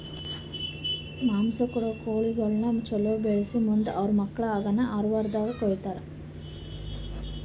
ಮಾಂಸ ಕೊಡೋ ಕೋಳಿಗಳನ್ನ ಛಲೋ ಬೆಳಿಸಿ ಮುಂದ್ ಅವು ಮಕ್ಕುಳ ಹಾಕನ್ ಆರ ವಾರ್ದಾಗ ಕೊಯ್ತಾರ